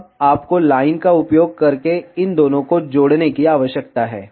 अब आपको लाइन का उपयोग करके इन दोनों को जोड़ने की आवश्यकता है